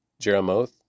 Jeremoth